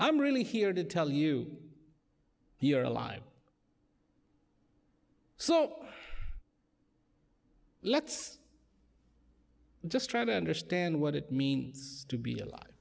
i'm really here to tell you here alive so let's just try to understand what it means to be alive